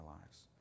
lives